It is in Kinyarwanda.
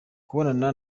kubonana